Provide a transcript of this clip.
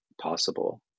possible